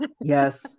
Yes